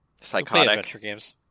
psychotic